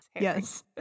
yes